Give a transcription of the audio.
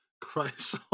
Christ